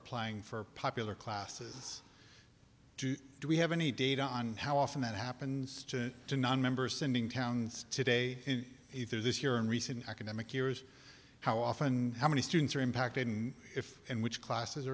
applying for popular classes do we have any data on how often that happens to to nonmembers sending towns today in this year and recent academic years how often how many students are impacted and if and which classes